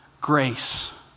grace